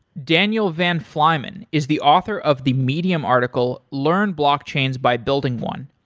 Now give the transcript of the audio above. daniel van flymen is the author of the medium article, learn blockchains by building one.